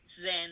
Zen